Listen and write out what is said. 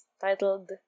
titled